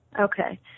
Okay